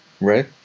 Right